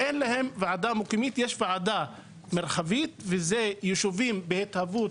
יש ועדה מרחבית וזה יישובים בהתהוות